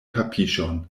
tapiŝon